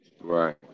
Right